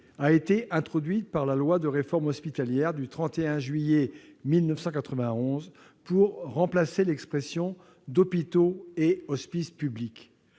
a été introduite par la loi de réforme hospitalière du 31 juillet 1991 pour remplacer l'expression d'« hôpitaux et hospices publics